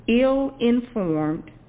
ill-informed